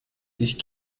dich